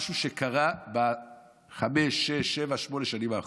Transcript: משהו שקרה בחמש-שש-שבע-שמונה השנים האחרונות.